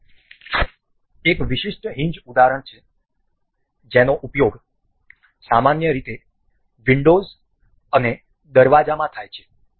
આ એક વિશિષ્ટ હિંજ ઉદાહરણ છે જેનો ઉપયોગ સામાન્ય રીતે વિંડોઝ અને દરવાજામાં થાય છે